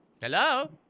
Hello